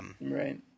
right